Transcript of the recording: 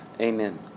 Amen